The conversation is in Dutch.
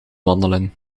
wandelen